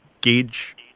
gauge